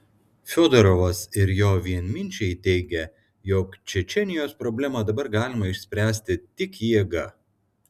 fiodorovas ir jo vienminčiai teigia jog čečėnijos problemą dabar galima išspręsti tik jėga